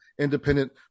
independent